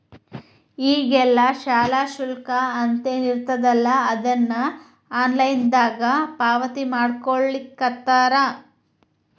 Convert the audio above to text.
ಈಗೆಲ್ಲಾ ಶಾಲಾ ಶುಲ್ಕ ಅಂತೇನಿರ್ತದಲಾ ಅದನ್ನ ಆನ್ಲೈನ್ ದಾಗ ಪಾವತಿಮಾಡ್ಕೊಳ್ಳಿಖತ್ತಾರ